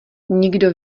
nikdo